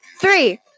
Three